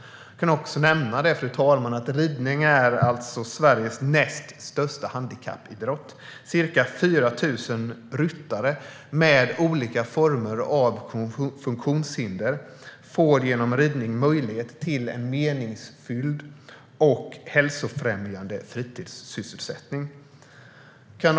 Fru talman! Jag kan också nämna att ridning är Sveriges näst största handikappidrott. Ca 4 000 ryttare med olika former av funktionshinder får genom ridning möjlighet till en meningsfylld och hälsofrämjande fritidssysselsättning. Fru talman!